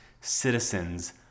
citizens